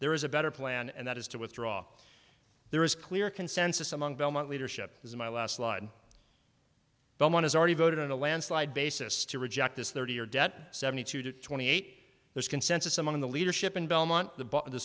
there is a better plan and that is to withdraw there is clear consensus among belmont leadership as my last line but one has already voted in a landslide basis to reject this thirty year debt seventy two twenty eight there is consensus among the leadership in belmont the